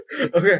Okay